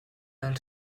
del